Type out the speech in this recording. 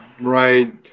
Right